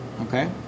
okay